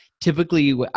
typically